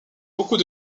beaucoup